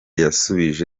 yasubije